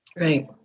Right